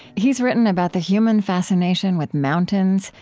he's written about the human fascination with mountains,